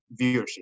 viewership